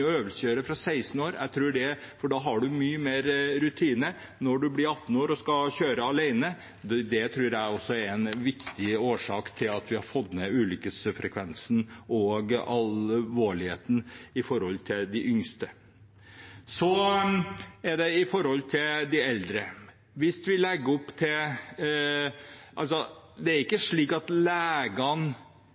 fra 16 år, for da har man mye mer rutine når man blir 18 år og skal kjøre alene. Det tror jeg også er en viktig årsak til at vi har fått ned ulykkesfrekvensen og alvorligheten når det gjelder de yngste. Så til de eldre. Det er ikke slik at alle leger sier: «Du er ikke skikket til å ha førerkort når du er